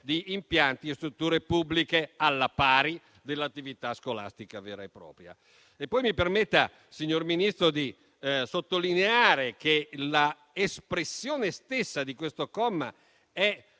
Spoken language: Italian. di impianti e strutture pubbliche, al pari dell'attività scolastica vera e propria. Mi permetta, signor Ministro, di sottolineare che la formulazione stessa di questo comma è